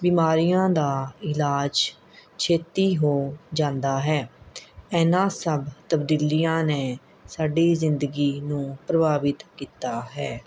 ਬਿਮਾਰੀਆਂ ਦਾ ਇਲਾਜ ਛੇਤੀ ਹੋ ਜਾਂਦਾ ਹੈ ਇਹਨਾਂ ਸਭ ਤਬਦੀਲੀਆਂ ਨੇ ਸਾਡੀ ਜ਼ਿੰਦਗੀ ਨੂੰ ਪ੍ਰਭਾਵਿਤ ਕੀਤਾ ਹੈ